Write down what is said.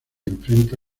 enfrenta